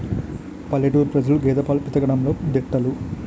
పల్లెటూరు ప్రజలు గేదె పాలు పితకడంలో దిట్టలు